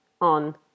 on